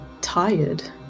tired